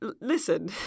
listen